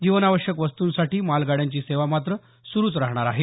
जीवनावश्यक वस्तूंसाठी मालगाड्यांची सेवा मात्र सुरू रहाणार आहे